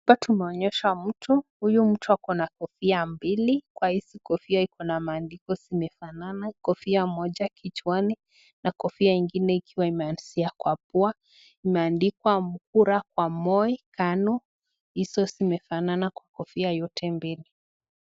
Hapa tumeonyeshwa mtu. Huyu mtu ako na kofia mbili, kwa hizi kofia iko na maandiko zimefanana. Kofia moja kichwani na kofia ingine ikiwa imeanzia kwa pua. Imeandikwa “kura kwa Moi, KANU”. Hizo zimefanana kwa kofia yote mbili.